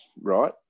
right